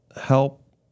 help